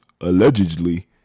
allegedly